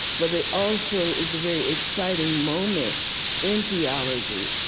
but it also is a very exciting moment in theology,